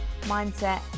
mindset